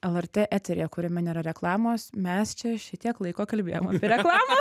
lrt eteryje kuriame nėra reklamos mes čia šitiek laiko kalbėjom apie reklamą